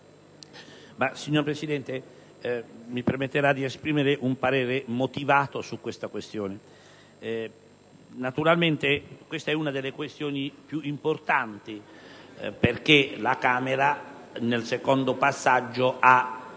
Signor Presidente, mi permetterà di esprimere un parere motivato su questa questione, che naturalmente è una delle più importanti perché la Camera, nel secondo passaggio, ha